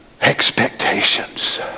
Expectations